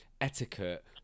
etiquette